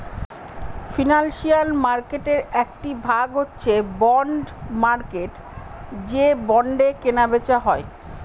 financial মার্কেটের একটি ভাগ হচ্ছে বন্ড মার্কেট যে বন্ডে কেনা বেচা হয়